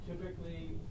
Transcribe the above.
Typically